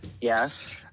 Yes